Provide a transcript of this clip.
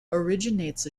originates